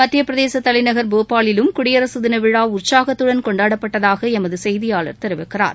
மத்தியப்பிரதேச தலைநகர் போபாலிலும் குடியரகத் தின விழா உற்சாகத்துடன் கொண்டாடப்பட்டதாக எமது செய்தியாளர் தெரிவிக்கிறார்